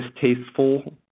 distasteful